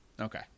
Okay